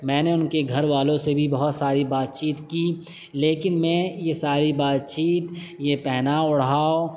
میں نے ان کے گھر والوں سے بھی بہت ساری بات چیت کی لیکن میں یہ ساری بات چیت یہ پہناؤ اڑھاؤ